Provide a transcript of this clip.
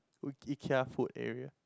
I~ Ikea food area